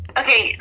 okay